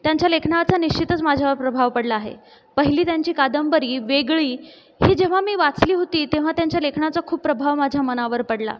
त्यांच्या लेखनाचा निश्चितच माझ्यावर प्रभाव पडला आहे पहिली त्यांची कादंबरी वेगळी ही जेव्हा मी वाचली होती तेव्हा त्यांच्या लेखनाचा खूप प्रभाव माझ्या मनावर पडला